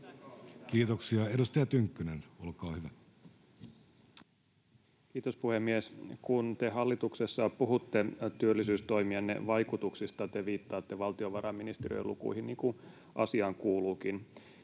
Time: 13:25 Content: Kiitos, puhemies! Kun te hallituksessa puhutte työllisyystoimienne vaikutuksista, te viittaatte valtiovarainministeriön lukuihin, niin kuin asiaan kuuluukin.